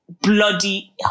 Bloody